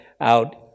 out